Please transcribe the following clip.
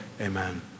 Amen